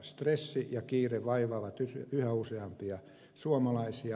stressi ja kiire vaivaavat yhä useampia suomalaisia